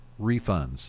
refunds